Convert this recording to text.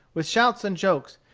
with shouts and jokes,